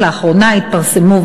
רק לאחרונה התפרסמו,